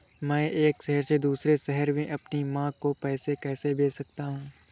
मैं एक शहर से दूसरे शहर में अपनी माँ को पैसे कैसे भेज सकता हूँ?